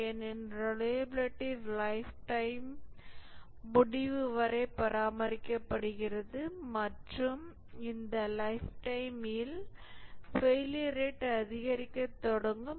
ஏனெனில் reliability lifetime முடிவு வரை பராமரிக்கப்படுகிறது மற்றும் இந்த லைஃப் டைம் இல் ஃபெயிலியர் ரேட் அதிகரிக்கத் தொடங்கும்